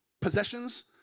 possessions